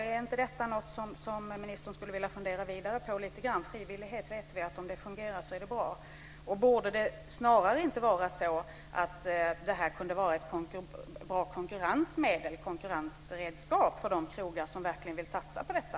Är inte detta något som ministern lite grann skulle vilja fundera vidare på? Vi vet ju att det är bra om det där med frivilligt fungerar. Borde inte det här snarare kunna vara ett bra konkurrensredskap för de krogar som verkligen vill satsa på detta?